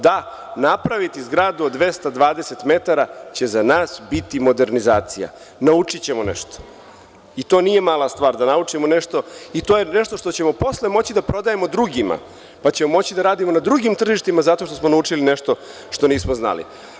Da, napraviti zgradu od 220 metara će za nas biti modernizacija, naučićemo nešto i to nije mala stvar da naučimo nešto i to je nešto što ćemo posle moći da prodajemo drugima pa ćemo moći da radimo na drugim tržištima zato što smo naučili nešto što nismo znali.